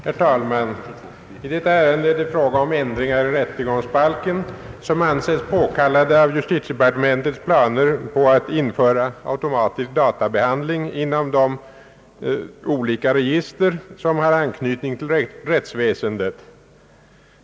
Herr talman! I detta ärende är det fråga om ändringar i rättegångsbalken, som ansetts påkallade av justitiedepartementets planer på att införa automatisk databehandling inom de olika register, som har anknytning till rättsväsendet.